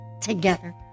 together